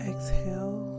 Exhale